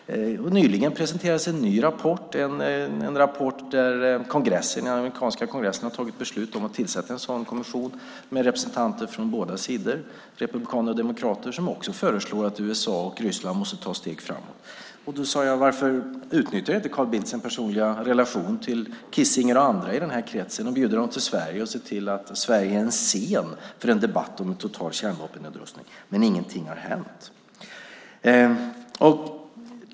Nyligen presenterades en rapport från en kommission som den amerikanska kongressen har tagit beslut om att tillsätta - en kommission med representanter från både republikaner och demokrater - som också föreslår att USA och Ryssland måste ta steg framåt. Varför utnyttjar inte Carl Bildt sin personliga relation till Kissinger och andra i denna krets, bjuder in dem till Sverige och ser till att Sverige är en scen för en debatt om en total kärnvapennedrustning? Ingenting har hänt.